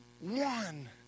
One